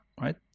right